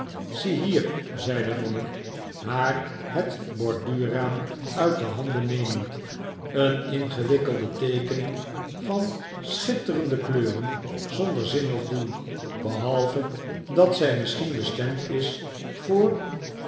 is ziehier zei de monnik haar het borduurraam uit de handen nemend een ingewikkelde teekening van schitterende kleuren zonder zin of doel behalve dat zij misschien bestemd is voor